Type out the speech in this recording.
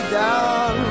down